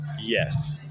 Yes